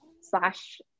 slash